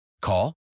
Call